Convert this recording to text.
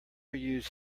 use